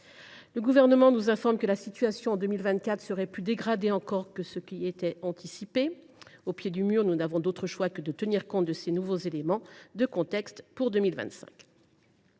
Le Gouvernement nous informe que la situation en 2024 serait plus dégradée encore que ce qui était anticipé. Au pied du mur, nous n’avons d’autre choix que de tenir compte de ces nouveaux éléments de contexte pour 2025.